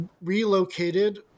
relocated